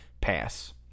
Pass